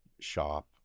shop